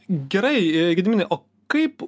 gerai gediminai o kaip